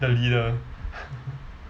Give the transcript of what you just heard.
the leader